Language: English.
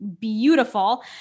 beautiful